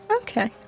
Okay